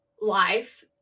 life